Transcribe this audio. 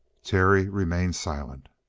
terry remained silent.